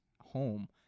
home